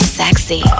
sexy